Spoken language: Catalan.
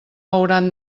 hauran